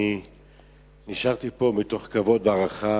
אני נשארתי פה מתוך כבוד והערכה,